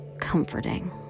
comforting